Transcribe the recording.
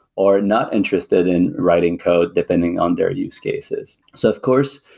or not interested in writing code depending on their use cases so of course,